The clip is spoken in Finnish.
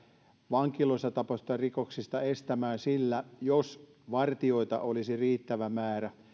vankiloissa tapahtuvista rikoksista pystyttäisiin estämään jos vartijoita olisi riittävä määrä